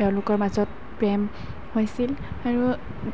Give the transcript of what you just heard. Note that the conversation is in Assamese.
তেওঁলোকৰ মাজত প্ৰেম হৈছিল আৰু